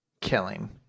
killing